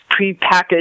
prepackaged